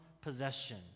possession